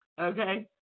Okay